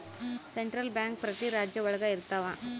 central bank ಪ್ರತಿ ರಾಜ್ಯ ಒಳಗ ಇರ್ತವ